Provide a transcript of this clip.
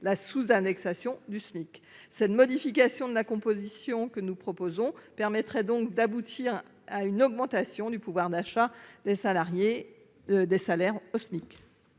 une sous-indexation du SMIC. Cette modification de la composition du groupe d'experts permettrait d'aboutir à une augmentation du pouvoir d'achat des salariés au SMIC.